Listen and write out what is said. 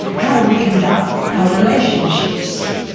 how we conduct our relationships.